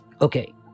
okay